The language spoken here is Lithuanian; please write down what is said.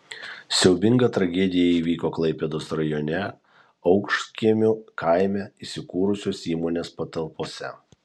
siaubinga tragedija įvyko klaipėdos rajone aukštkiemių kaime įsikūrusios įmonės patalpose